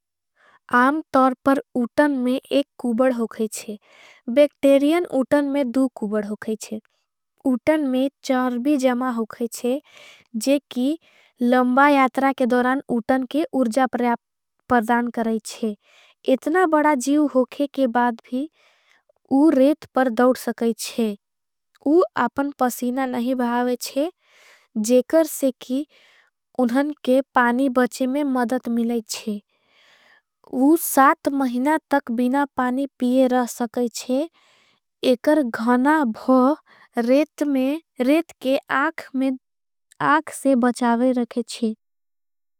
आम तोरपर उतन में एक कुबड होगईशे, बेक्टेरियन उतन में दू कुबड होगईशे। उतन में चर्वी जमा होगईशे, जेकि लंबा यात्रा के दोरान उतन के उर्जा परदान करईशे। इतना बड़ा जीव होके के बाद भी, उँ रेट पर दोड सकैशे। उँ आपन पसीना नहीं भावेशे, जेकर से की उनन के पानी बचे में मदद मिलैशे। उँ साथ महिना तक बिना पानी पीए रह सकैशे, एकर घणा भव रेट के आख से बचावे रखेशे।